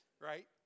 right